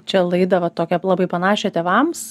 čia laidą va tokią labai panašią tėvams